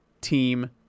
team